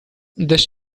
this